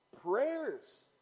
prayers